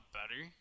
better